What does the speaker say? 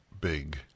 big